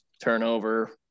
turnover